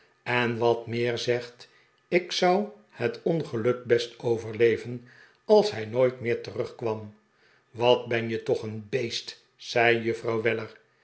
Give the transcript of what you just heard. en wat meer zegt ik zou het ongeluk best overleven als hij nooit meer terugkwam wat ben je toeh een beest zei juffrouw